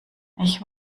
ich